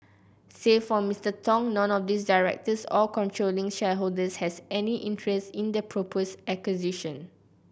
save for Mister Tong none of the directors or controlling shareholders has any interest in the proposed acquisition